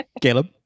Caleb